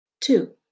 Two